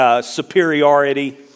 Superiority